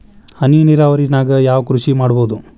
ಹನಿ ನೇರಾವರಿ ನಾಗ್ ಯಾವ್ ಕೃಷಿ ಮಾಡ್ಬೋದು?